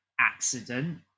accident